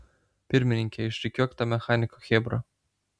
pirmininke išrikiuok tą mechaniko chebrą